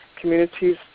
communities